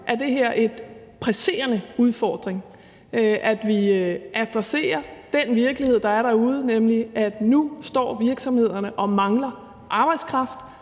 er det her en presserende udfordring – at vi adresserer den virkelighed, der er derude, nemlig at nu står virksomhederne og mangler arbejdskraft,